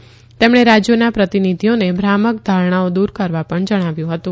તુપ્પણ રાજયોના પ્રતિનિધિઓન ભ્રામક ધારણાઓ દુર કરવા પણ જણાવ્યું હતું